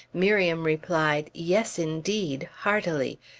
miriam replied, yes, indeed! heartily,